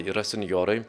yra senjorai